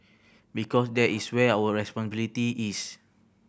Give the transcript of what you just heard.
because that is where our responsibility is